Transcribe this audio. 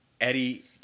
Eddie